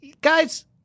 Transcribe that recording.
Guys